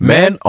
Men